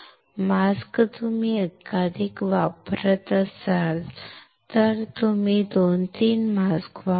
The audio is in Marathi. मास्क तुम्ही एकाधिक मास्क वापरता किंवा 2 3 मास्क वापरता